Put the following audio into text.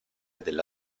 della